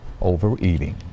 overeating